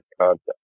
concept